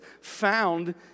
found